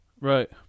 Right